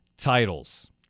titles